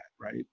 right